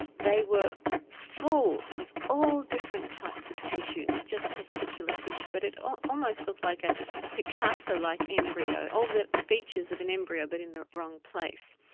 they were full of all different types of tissue, not just testicular tissue, but it almost looked like a ah picasso-like embryo, all the features of an embryo but in the wrong place.